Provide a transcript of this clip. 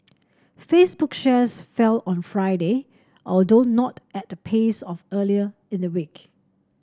Facebook shares fell on Friday although not at the pace of earlier in the week